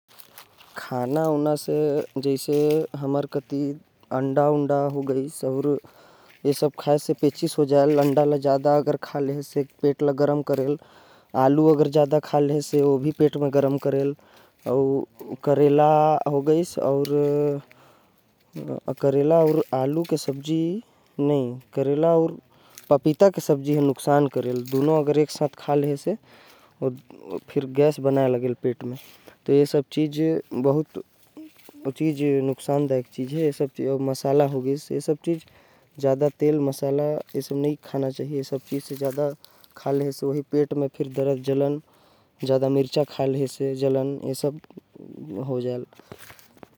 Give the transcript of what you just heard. ज्यादा तेल मसाला खाये से एलर्जी होथे। आमतौर पर अगर देखा जाहि तो अंडा अउ आलू ज्यादा खाये। से पेट म गर्मी हो जायेल अउ कुछ कुछ मन ल तो पेचिसो हो जायेल। करेला अउ पपीता खाये से भी कबो कबार कब्ज़ हो जाथे।